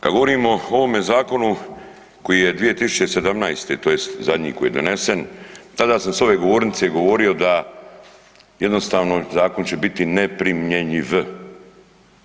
Kada govorimo o ovom zakonu koji je 2017. tj. zadnji koji je donesen tada sam s ove govornice govorio da jednostavno da zakon će biti neprimjenjiv.